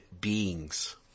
beings